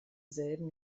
selben